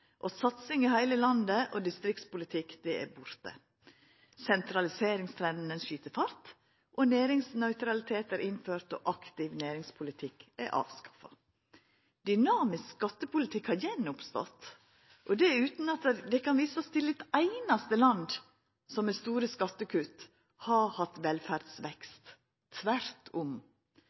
– satsing i heile landet og distriktspolitikk er borte. Sentraliseringstrenden skyt fart, næringsnøytralitet er innført, og aktiv næringspolitikk er avskaffa. Dynamisk skattepolitikk har gjenoppstått, og det utan at det kan visast til eit einaste land som med store skattekutt har hatt velferdsvekst – tvert om.